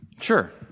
Sure